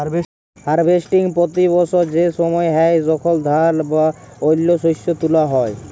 harvesting পতি বসর সে সময় হ্যয় যখল ধাল বা অল্য শস্য তুলা হ্যয়